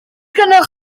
gennych